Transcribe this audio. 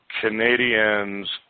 Canadians